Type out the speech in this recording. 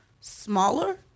smaller